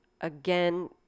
again